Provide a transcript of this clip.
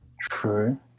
True